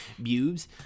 bubes